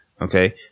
okay